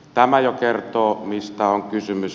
tämä jo kertoo mistä on kysymys